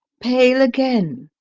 pale again?